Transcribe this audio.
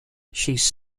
she’s